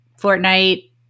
Fortnite